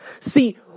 See